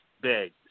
big